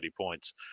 points